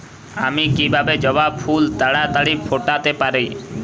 আমি কিভাবে জবা ফুল তাড়াতাড়ি ফোটাতে পারি?